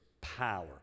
power